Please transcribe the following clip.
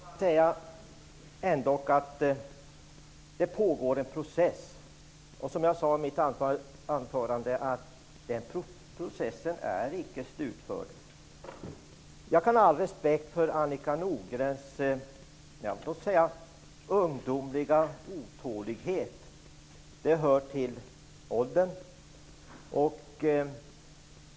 Herr talman! Det pågår ändå en process. Som jag sade i mitt anförande är den processen icke slutförd. Jag kan ha all respekt för Annika Nordgrens ungdomliga otålighet. Den hör till åldern.